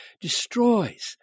destroys